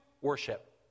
Worship